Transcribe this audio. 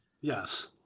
Yes